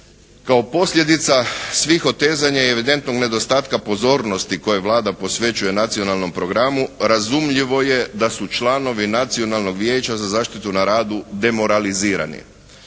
Kao posljedica svih otezanja i evidentnog nedostatka pozornosti koje Vlada posvećuje Nacionalnom programu razumljivo je da su članovi Nacionalnog vijeća za zaštitu na radu demoralizirani.